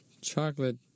chocolate